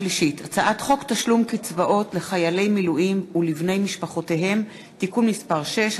הצעת חוק תשלום קצבאות לחיילי מילואים ולבני משפחותיהם (תיקון מס' 6),